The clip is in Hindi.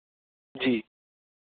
जी